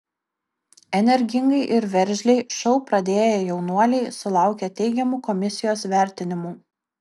energingai ir veržliai šou pradėję jaunuoliai sulaukė teigiamų komisijos vertinimų